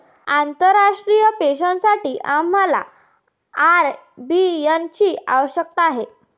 आंतरराष्ट्रीय पेमेंटसाठी आम्हाला आय.बी.एन ची आवश्यकता आहे